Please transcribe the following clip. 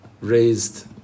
raised